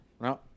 no